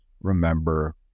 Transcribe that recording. remember